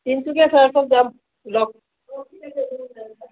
তিনিচুকীয়া যাম লগ